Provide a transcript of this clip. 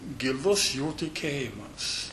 gilus jų tikėjimas